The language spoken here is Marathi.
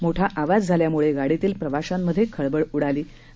मोठा आवाज झाल्याने गाडीतील प्रवाशांमध्ये खळबळ उडाली होती